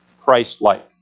Christ-like